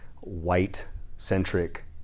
white-centric